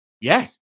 Yes